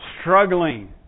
struggling